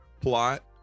plot